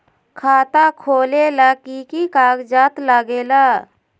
खाता खोलेला कि कि कागज़ात लगेला?